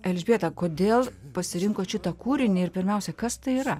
elžbieta kodėl pasirinkot šitą kūrinį ir pirmiausia kas tai yra